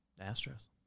Astros